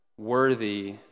worthy